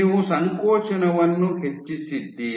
ನೀವು ಸಂಕೋಚನವನ್ನು ಹೆಚ್ಚಿಸಿದ್ದೀರಿ